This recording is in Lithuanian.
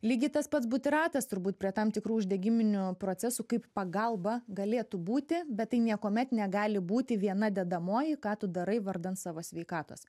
lygiai tas pats butiratas turbūt prie tam tikrų uždegiminių procesų kaip pagalba galėtų būti bet tai niekuomet negali būti viena dedamoji ką tu darai vardan savo sveikatos